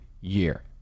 year